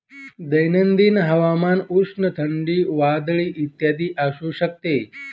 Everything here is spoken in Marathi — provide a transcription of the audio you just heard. दैनंदिन हवामान उष्ण, थंडी, वादळी इत्यादी असू शकते